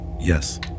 Yes